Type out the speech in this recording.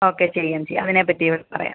okay ചെയ്യാം ചെയ്യാം അതിനെ പറ്റി ഇവിടെ പറയാം